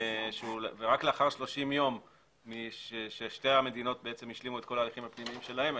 רק לאחר 30 ימים כאשר שתי המדינות השלימו את כל ההליכים הפנימיים שלהם,